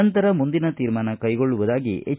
ನಂತರ ಮುಂದಿನ ತೀರ್ಮಾನ ಕೈಗೊಳ್ಳುವುದಾಗಿ ಹೆಚ್